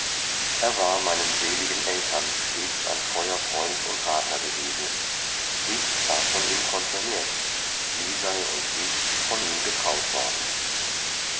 er war meinen seligen eltern stets ein treuer freund und rater gewesen ich war von ihm konfirmiert lisei und ich von ihm getraut worden